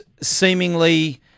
seemingly